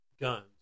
guns